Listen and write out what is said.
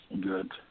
Good